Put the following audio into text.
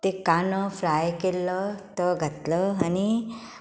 ते कांदो फ्राय केल्लो तो घातलो आनी